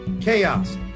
Chaos